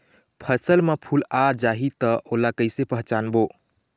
फसल म फूल आ जाही त ओला कइसे पहचानबो?